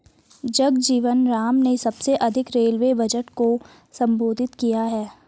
जगजीवन राम ने सबसे अधिक रेलवे बजट को संबोधित किया है